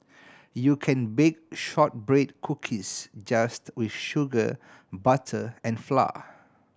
you can bake shortbread cookies just with sugar butter and flour